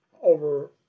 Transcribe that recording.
over